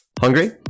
Hungry